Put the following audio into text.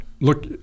look